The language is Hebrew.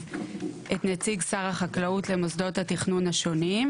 את נציג שר החקלאות למוסדות התכנון השונים,